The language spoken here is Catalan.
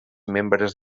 membres